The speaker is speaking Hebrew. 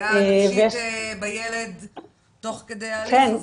והפגיעה הנפשית בילד תוך כדי ההליך הזה.